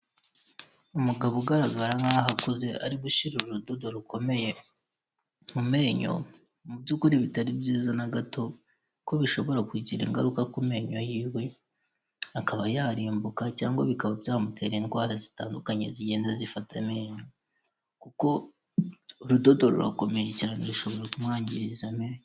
Umugabo ugaragara nkaho akuze, ari gushira urudodo rukomeye mu menyo, mu by'kuri bitari byiza na gato ko bishobora kugira ingaruka ku menyo yiwe, akaba yarimbuka cyangwa bikaba byamutera indwara zitandukanye zigenda zifata amenyo kuko urudodo rurakomeye cyane rushobora kumwangiriza amenyo.